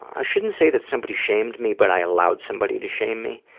i shouldn't say that somebody shamed me, but i allowed somebody to shame me,